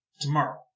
tomorrow